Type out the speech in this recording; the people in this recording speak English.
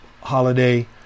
holiday